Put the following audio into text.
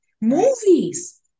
Movies